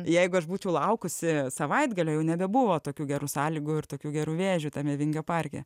jeigu aš būčiau laukusi savaitgalio jau nebebuvo tokių gerų sąlygų ir tokių gerų vėžių tame vingio parke